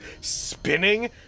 spinning